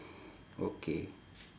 okay